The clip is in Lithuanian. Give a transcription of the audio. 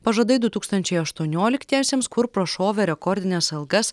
pažadai du tūkstančiai aštuonioliktiesiems kur prašovė rekordines algas